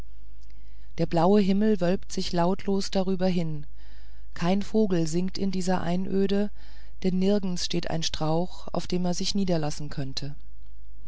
der blaue himmel wölbt sich lautlos darüber hin kein vogel singt in dieser einöde denn nirgends steht ein strauch auf dem er sich niederlassen könnte